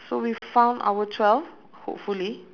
so we found our twelve hopefully